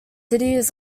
city